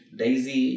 daisy